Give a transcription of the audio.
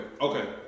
okay